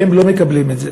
והם לא מקבלים את זה.